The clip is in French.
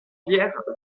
pierre